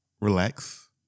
relax